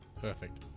Perfect